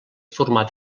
format